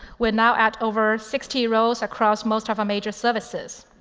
we're now at over sixty roles across most of our major services.